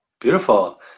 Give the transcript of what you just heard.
beautiful